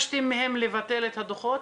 לבטל את הדוחות?